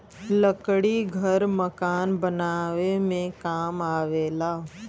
लकड़ी घर मकान बनावे में काम आवेला